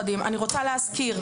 רוצה להזכיר,